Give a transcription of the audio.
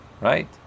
Right